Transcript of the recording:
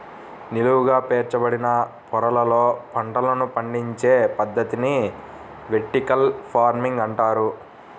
నిలువుగా పేర్చబడిన పొరలలో పంటలను పండించే పద్ధతిని వెర్టికల్ ఫార్మింగ్ అంటారు